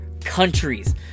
countries